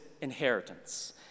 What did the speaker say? inheritance